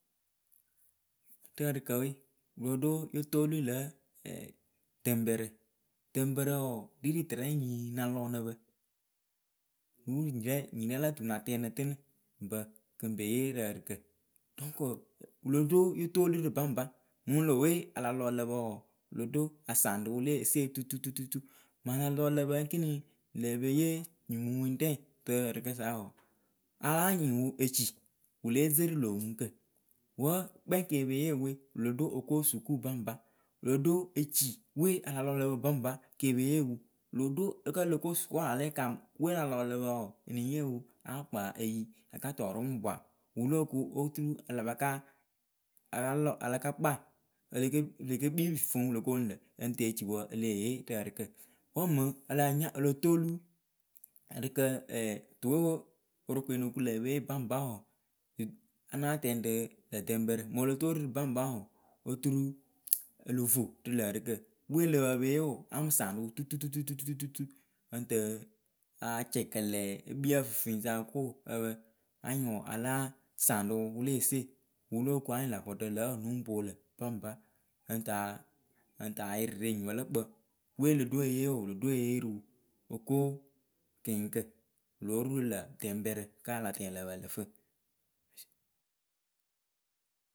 Rɨ ǝrɨkǝ we wɨ lo do yo toolu lǝ dɛŋpǝrǝ ɖeŋpǝrǝ wǝǝ ri rɨtɨrɛ nyii na lɔ nǝ pǝ. wuru nyirɛ nyirɛ lo tuna tɛŋ nǝ tɨnɨ ŋpǝ kɨ ŋ pe yee rɨ ǝrɨkǝ ŋ kɔ wɨ lo do yo toolu rɨ baŋba mɨŋ le we a lɔ ǝ lǝ pǝ wǝǝ wɨ lo do a saŋ rɨ wɨ le esee tututu mɨŋ a lɔ ǝ lǝ pǝ ekini le pe yee nyimumuirɛ rɨ ɗɨkǝ sa wǝǝ a láa nyɩŋ wɨ eci wɨ le ze rɨ lo oŋuŋkǝ wǝ́ kpɛŋ ke pe yee wɨ we wɨ lo do oko sukuu baŋba wɨ lo do eci we alɔ lǝ pǝ baŋba ke pe yee wɨ wɨ lo do kǝ́ o lo ko sukuu a la lɛ kam we ala lɔ ǝ lǝ pǝǝ wǝǝ ǝ lɨŋ yee wɨ a kpa eyi a ka tɔɔ rɨ pʊpwa ŋ wɨ wɨ lóo ku oturu a la pa ka a la lɔ a la ka kpa e le ke eleke kpii rɨ fuŋ wɨ lo koonu lǝ ǝ lɨŋ te ci wǝǝ e leh yee rɨ ǝrɨkǝ wɨ mɨŋ a la nya o lo toolu Ǝrɨkǝ tuwe worokoe no ku lǝ̈ e pe yee baŋba wǝǝ, ya na tɛŋ rɨ lǝ dɛŋbǝrǝ mo lo tururɨ baŋba wǝǝ oturu o lo vo rɨ lǝ̈ ǝrɨkǝ we ǝ lǝ pǝ e pe yee wǝǝ a mɨ sɑn rɨ wɨ tututututu ŋ tǝǝ a cɛkɛlɛ e kpii ǝ fɨfɨisa o ko ǝ pǝ anyɩ wǝǝ a láa saŋ rɨ wɨ le ese wɨ lóo ku anyɩŋ lä vɔɖǝ lǝ pǝ lɨŋ poŋ lǝ̈ ǝ ŋ taa ǝ ŋ taa yɩrɩ rɨ enyipǝ lǝ kpǝŋ we o lo do eyee wǝǝ wɨ lo do e yee rɨ wǝ oko kɨnyɩŋkǝ wɨ lóo ru rɨ lǝ̈ dɛŋpǝrǝ ka ala tɛŋ ǝ lǝ pǝ ǝ lǝ fɨ.